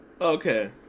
Okay